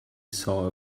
saw